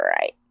right